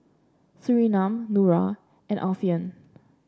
Surinam Nura and Alfian